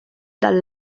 dal